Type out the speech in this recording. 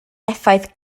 effaith